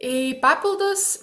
į papildus